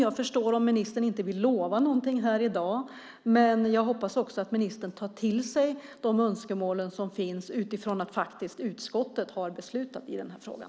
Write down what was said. Jag förstår om ministern inte vill lova något här i dag, men jag hoppas att ministern tar till sig de önskemål som finns eftersom utskottet faktiskt har beslutat i den här frågan.